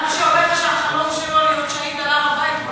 אדם שאומר שהחלום שלו זה להיות שהיד על הר-הבית,